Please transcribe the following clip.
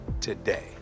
today